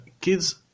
kids